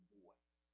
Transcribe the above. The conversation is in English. voice